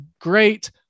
great